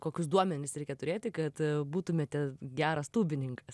kokius duomenis reikia turėti kad būtumėte geras tūbininkas